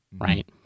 Right